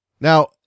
Now